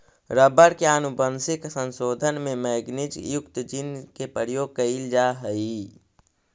rubber के आनुवंशिक संशोधन में मैगनीज युक्त जीन के प्रयोग कैइल जा हई